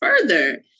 further